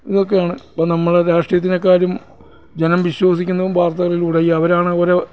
ഇതൊക്കെയാണ് അപ്പോൾ നമ്മളെ രാഷ്ട്രീയത്തിനെക്കാളും ജനം വിശ്വസിക്കുന്നതും വാർത്തകളിലൂടെ ഈ അവരാണോ ഓരോ